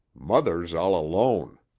mother's all alone.